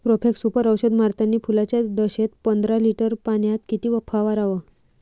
Profex Super औषध मारतानी फुलाच्या दशेत पंदरा लिटर पाण्यात किती फवाराव?